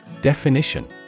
Definition